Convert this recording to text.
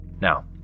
Now